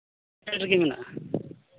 ᱢᱮᱱᱟᱜᱼᱟ